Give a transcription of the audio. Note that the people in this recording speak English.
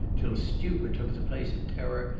till stupor took the place of terror,